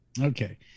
Okay